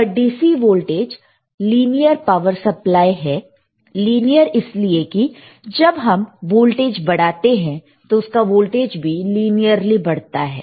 वह DC voltage linear power supply है linear इसलिए कि जब हम वोल्टेज बढ़ाते हैं तो उसका वोल्टेज भी लिनियरली बढ़ता है